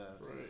Right